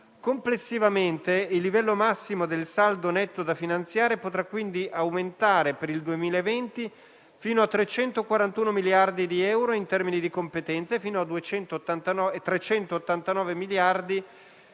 complessivamente il livello massimo del saldo netto da finanziare potrà quindi aumentare per il 2020 fino a 341 miliardi di euro in termini di competenza e fino a 389 miliardi